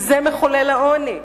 כי זהו מחולל העוני.